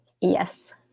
yes